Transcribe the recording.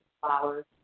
flowers